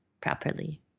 properly